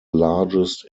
largest